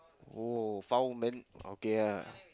oh found man okay ah